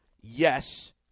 yes